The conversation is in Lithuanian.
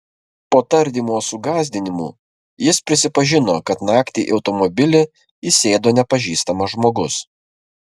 po tardymo su gąsdinimų jis prisipažino kad naktį į automobilį įsėdo nepažįstamas žmogus